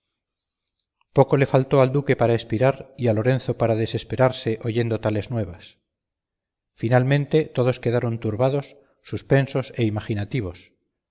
poco le faltó al duque para espirar y a lorenzo para desesperarse oyendo tales nuevas finalmente todos quedaron turbados suspensos e imaginativos